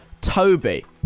toby